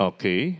Okay